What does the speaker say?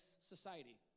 society